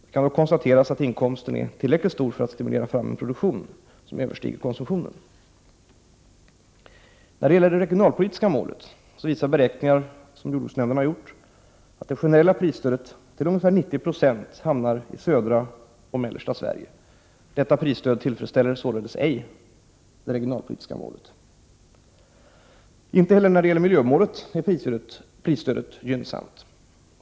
Det kan dock konstateras att inkomsten är tillräckligt stor för att stimulera fram en produktion som överstiger konsumtionen. När det gäller det regionalpolitiska målet visar beräkningar gjorda av jordbruksnämnden att det generella prisstödet till ca 90 26 hamnar i södra och mellersta Sverige. Detta prisstöd tillfredsställer således ej det regionalpolitiska målet. Inte heller när det gäller miljömålet är prisstödet gynnsamt.